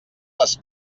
les